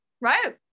Right